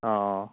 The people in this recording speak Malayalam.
ആ